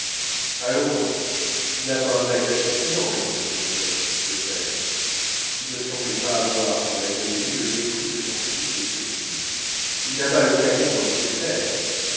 allons donc il n'a pas un bagage suffisant répondit m bloch le père qui ne semblait pas avoir pour l'académie le mépris de son fils et de ses filles il n'a pas le calibre nécessaire